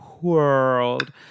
world